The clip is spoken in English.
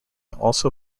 also